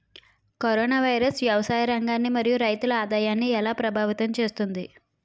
Corona virus వ్యవసాయ రంగాన్ని మరియు రైతుల ఆదాయాన్ని ఎలా ప్రభావితం చేస్తుంది?